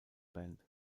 band